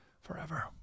Forever